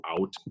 out